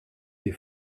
des